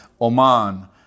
Oman